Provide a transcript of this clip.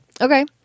Okay